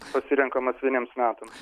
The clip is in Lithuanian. pasirenkamas vieniems metams